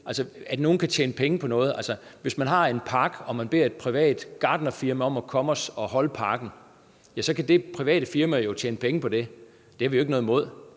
at nogle altså kan tjene penge på noget. Hvis man har en park og man beder et privat gartnerfirma om at holde parken, ja, så kan det private firma jo tjene penge på det – det har vi jo ikke noget imod.